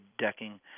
decking